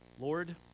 Lord